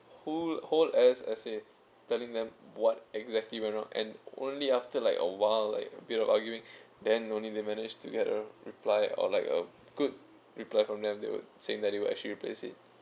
whole whole ass essay telling them what exactly went wrong and only after like a wild like period of arguing then only they managed to get a reply or like a good reply from them they were saying that they will actually replace it